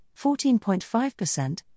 14.5%